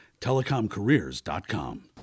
telecomcareers.com